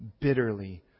bitterly